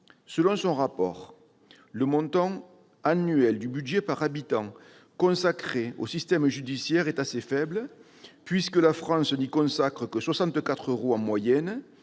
Selon son rapport, le montant annuel du budget par habitant affecté au système judiciaire est assez faible puisque la France n'y consacre que 64 euros en moyenne,